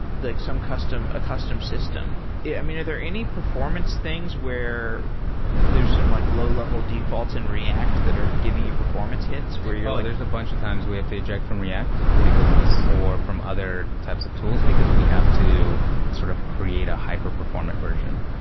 like some custom custom system. yeah i mean, are there any performance things where there's some like low-level defaults in react that are giving you performance hits where you're oh, like there's a bunch of times we have to eject from react or from other types of tools because we have to sort of create a hyper performant version.